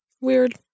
weird